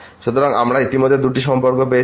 সুতরাং আমরা ইতিমধ্যে দুটি সম্পর্ক পেয়েছি